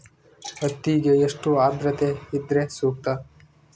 ಹತ್ತಿಗೆ ಎಷ್ಟು ಆದ್ರತೆ ಇದ್ರೆ ಸೂಕ್ತ?